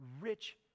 rich